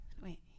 wait